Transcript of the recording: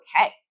okay